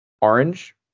Orange